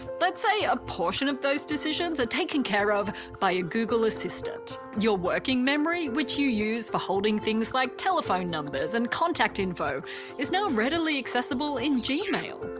but say a portion of those decisions are taken care of by a google assistant your working memory, which you use for holding things like telephone numbers and contact info are now readily accessible in gmail.